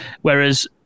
Whereas